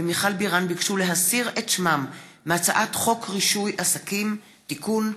ומיכל בירן ביקשו להסיר את שמם מהצעת חוק רישוי עסקים (תיקון,